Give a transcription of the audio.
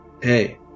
Hey